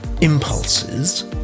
impulses